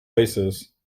places